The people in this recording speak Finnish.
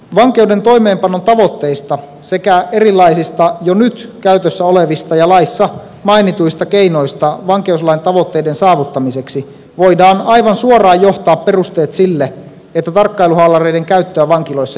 vankeuden toimeenpanon tavoitteista sekä erilaisista jo nyt käytössä olevista ja laissa mainituista keinoista vankeuslain tavoitteiden saavuttamiseksi voidaan aivan suoraan johtaa perusteet sille että tarkkailuhaalareiden käyttöä vankiloissa jatketaan